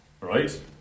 right